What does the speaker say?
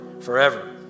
forever